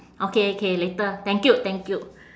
okay K later thank you thank you